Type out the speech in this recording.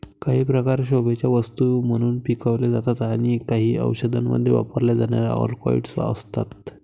काही प्रकार शोभेच्या वस्तू म्हणून पिकवले जातात आणि काही औषधांमध्ये वापरल्या जाणाऱ्या अल्कलॉइड्स असतात